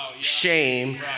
Shame